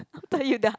after you die